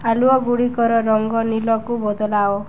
ଆଲୁଅଗୁଡ଼ିକର ରଙ୍ଗ ନୀଳକୁ ବଦଳାଅ